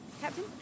Captain